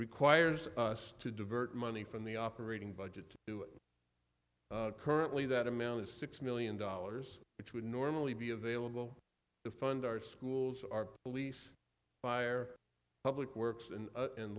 requires us to divert money from the operating budget to currently that amount is six million dollars which would normally be available to fund our schools our police fire public works